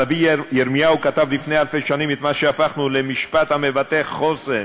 הנביא ירמיהו כתב לפני אלפי שנים את מה שהפכנו למשפט המבטא חוסן: